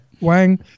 Wang